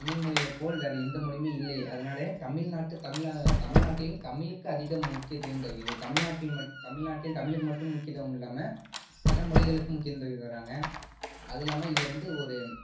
தமிழ்மொழியில் போல் வேறே எந்த மொழியுமே இல்லை அதனால் தமிழ்நாட்டு தமிழை தமிழ்நாட்டில் தமிழுக்கு அதிக முக்கியத்துவம் தருகிறது தமிழ்நாட்டில் மட் தமிழ்நாட்டில் தமிழுக்கு மட்டும் முக்கியத்துவம் இல்லாமல் பிற மொழிகளுக்கும் முக்கியத்துவம் தராங்க அது இல்லாமல் இதில் வந்து ஒரு